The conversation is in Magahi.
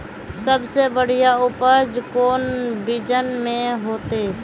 सबसे बढ़िया उपज कौन बिचन में होते?